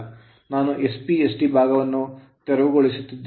ನಾನು SPST ಭಾಗವನ್ನು ತೆರವುಗೊಳಿಸುತ್ತಿದ್ದೇನೆ